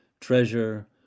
treasure